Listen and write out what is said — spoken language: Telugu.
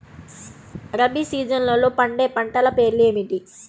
రబీ సీజన్లో పండే పంటల పేర్లు ఏమిటి?